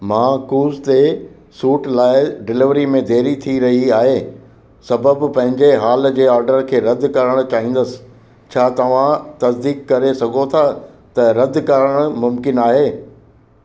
मां कूव्स ते सूट लाइ डिलेवरी में देरी थी रही आहे सबबि पंहिंजे हाल जे ऑडर खे रदि करणु चाहींदुसि छा तव्हां तस्दीकु करे सघो था त रदि करणु मुमकिन आहे